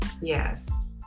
Yes